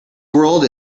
world